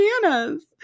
bananas